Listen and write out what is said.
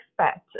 expect